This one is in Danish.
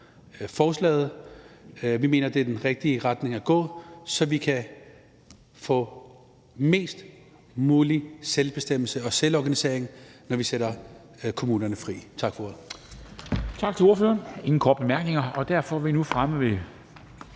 forslaget. Vi mener, det er den rigtige retning at gå, så vi kan få mest mulig selvbestemmelse og selvorganisering, når vi sætter kommunerne fri. Tak for ordet.